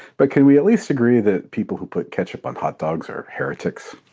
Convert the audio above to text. but can we at least agree that people who put ketchup on hotdogs are heretics?